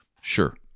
sure